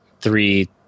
three